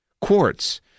Quartz